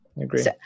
agree